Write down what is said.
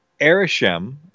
Ereshem